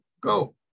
go